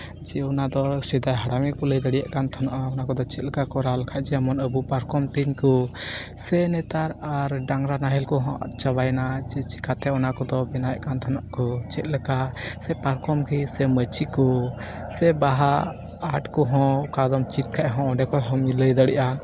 ᱡᱮ ᱚᱱᱟ ᱫᱚ ᱥᱮᱫᱟᱭ ᱦᱟᱲᱟᱢ ᱜᱮᱠᱚ ᱞᱟᱹᱭ ᱫᱟᱲᱮᱭᱟᱜ ᱠᱟᱱ ᱛᱟᱦᱮᱱᱚᱜᱼᱟ ᱚᱱᱟ ᱠᱚᱫᱚ ᱪᱮᱫ ᱞᱮᱠᱟ ᱠᱚᱨᱟᱣ ᱞᱮᱠᱷᱟᱱ ᱡᱮᱢᱚᱱ ᱟᱵᱚ ᱯᱟᱨᱠᱚᱢ ᱛᱮᱧ ᱠᱚ ᱥᱮ ᱱᱮᱛᱟᱨ ᱟᱨ ᱰᱟᱝᱨᱟ ᱱᱟᱦᱮᱞ ᱠᱚᱦᱚᱸ ᱟᱫ ᱪᱟᱵᱟᱭᱮᱱᱟ ᱪᱮᱠᱟᱛᱮ ᱚᱱᱟ ᱠᱚᱫᱚ ᱵᱮᱱᱟᱣᱮᱫ ᱠᱟᱱ ᱛᱟᱦᱮᱱᱚᱜ ᱠᱚ ᱪᱮᱫᱞᱮᱠᱟ ᱯᱟᱨᱠᱚᱢ ᱵᱮᱞ ᱥᱮ ᱢᱟᱹᱪᱤ ᱠᱚ ᱥᱮ ᱵᱟᱦᱟ ᱟᱨᱴ ᱠᱚᱦᱚᱸ ᱚᱠᱟ ᱫᱚᱢ ᱪᱮᱫ ᱠᱷᱟᱡ ᱦᱚᱸ ᱚᱸᱰᱮ ᱠᱷᱚᱡ ᱦᱚᱢ ᱞᱟᱹᱭ ᱫᱟᱲᱮᱭᱟᱜᱼᱟ